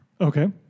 Okay